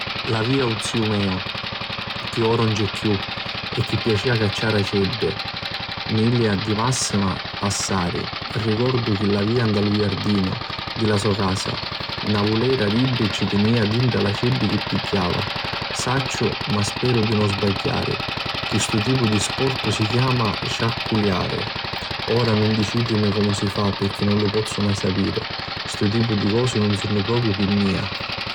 Avia un ziu meu chi ora nun c'è chiù chi ci piacia cacciari aceddi, 'n linia di massima, passari. Ricordu chi avia nta lu jardinu di la so casa na vulera dunni ci tinia tutti l'aceddi chi pigghiava. Sacciu, ma speru di nun sbagghiari, chi stu tipu di sportu si chiama ciacculiari. Ora nun dicitimi comu si fa pirchì nun lu pozzu mai sapiri, stu tipu di cosi nun sunnu propriu pi mia.